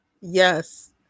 Yes